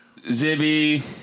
Zibby